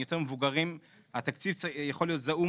להיות זעום